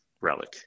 relic